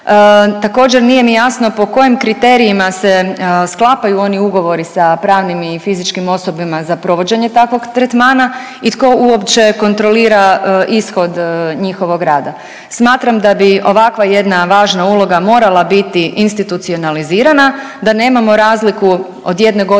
također nije mi jasno po kojim kriterijima se sklapaju oni ugovori sa pravnim i fizičkim osobama za provođenje takvog tretmana i tko uopće kontrolira ishod njihovog rada. Smatram da bi ovakva jedna važna uloga morala biti institucionalizirana, da nemamo razliku od jedne godine do